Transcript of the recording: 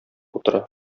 утыра